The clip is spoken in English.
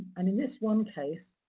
and in this one case,